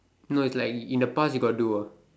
no is like in the past you got do ah